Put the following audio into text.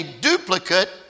duplicate